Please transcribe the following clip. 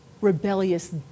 rebellious